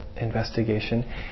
investigation